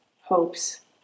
hopes